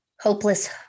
hopeless